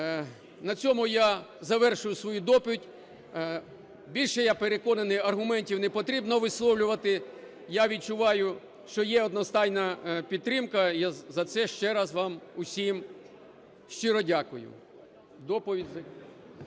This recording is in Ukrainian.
На цьому я завершую свою доповідь. Більше, я переконаний, аргументів не потрібно висловлювати, я відчуваю, що є одностайна підтримка, і я за це ще раз вам усім щиро дякую. Доповідь...